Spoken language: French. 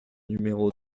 numéro